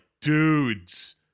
dudes